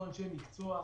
אנחנו אנשי מקצוע,